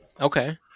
Okay